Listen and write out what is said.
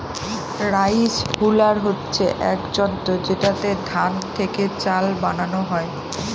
rice huller হচ্ছে এক যন্ত্র যেটাতে ধান থেকে চাল বানানো হয়